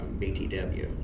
BTW